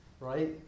Right